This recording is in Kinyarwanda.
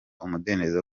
umudendezo